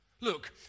Look